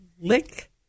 Lick